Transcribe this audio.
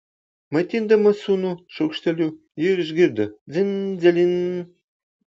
maitindama sūnų šaukšteliu ji ir išgirdo dzin dzilin